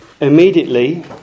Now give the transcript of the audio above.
Immediately